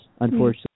Unfortunately